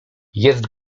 jest